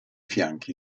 fianchi